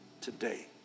today